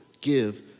give